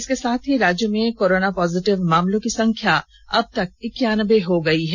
इसके साथ ही राज्य में कोरोना पॉजिटिव मामलों की संख्या अब तक इक्यानबे हो गयी है